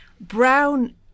Brown